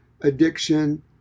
addiction